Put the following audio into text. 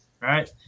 Right